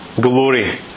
Glory